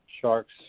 sharks